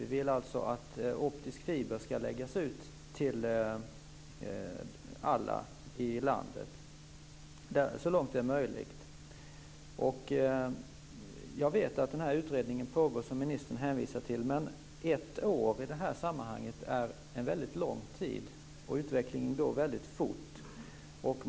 Vi vill att optisk fiber skall läggas ut till alla i landet så långt det är möjligt. Jag vet att den utredning som ministern hänvisar till pågår, men ett år i det här sammanhanget är en väldigt lång tid. Utvecklingen går väldigt fort.